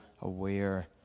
aware